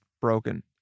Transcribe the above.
broken